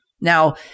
Now